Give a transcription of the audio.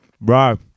Bro